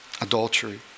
Adultery